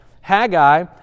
Haggai